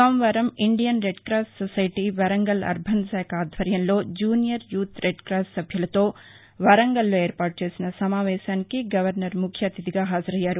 సోమవారం Indian red cross society Warangal urban శాఖ ఆధ్వర్యంలో జూనియర్ యూత్ రెడ్ క్రాస్ సభ్యులతో వరంగల్లో ఏర్పాటు చేసిన సమావేశానికి గవర్నర్ ముఖ్యఅతిధిగా హాజరయ్యారు